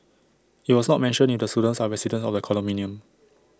IT was not mentioned if the students are residents of the condominium